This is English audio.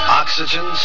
oxygen